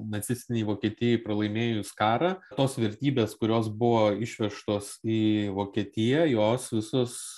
nacistinei vokietijai pralaimėjus karą tos vertybės kurios buvo išvežtos į vokietiją jos visos